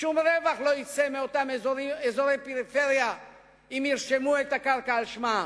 שום רווח לא יצא מאותם אזורי פריפריה אם ירשמו את הקרקע על שמם.